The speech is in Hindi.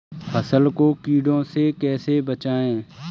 फसल को कीड़े से कैसे बचाएँ?